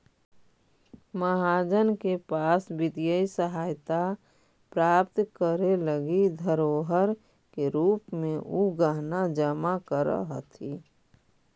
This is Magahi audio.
महाजन के पास वित्तीय सहायता प्राप्त करे लगी धरोहर के रूप में उ गहना जमा करऽ हथि